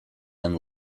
and